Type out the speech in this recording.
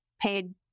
paid